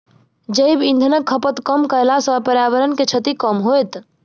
जैव इंधनक खपत कम कयला सॅ पर्यावरण के क्षति कम होयत